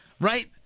Right